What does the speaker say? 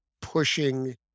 pushing